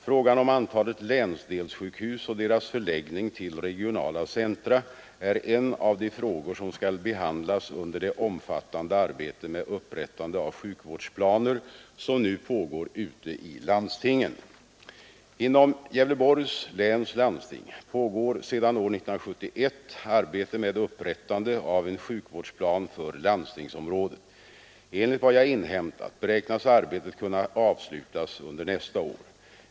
Frågan om antalet länsdelssjukhus och deras förläggning till regionala centra är en av de frågor som skall behandlas under det omfattande arbete med upprättande av sjukvårdsplaner som nu pågår ute i landstingen. Inom Gävleborgs läns landsting pågår sedan år 1971 arbete med upprättande av en sjukvårdsplan för landstingsområdet. Enligt vad jag inhämtat beräknas arbetet kunna avslutas under nästa år.